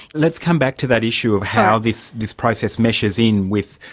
let's come back to that issue of how this this process meshes in with,